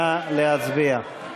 נא להצביע.